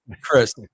chris